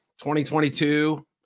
2022